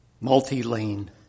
multi-lane